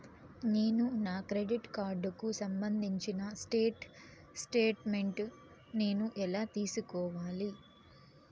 నేను నా క్రెడిట్ కార్డుకు సంబంధించిన స్టేట్ స్టేట్మెంట్ నేను ఎలా తీసుకోవాలి?